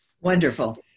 Wonderful